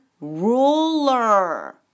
ruler